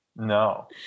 no